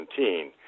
2017